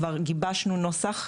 כבר גיבשנו נוסח.